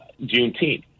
Juneteenth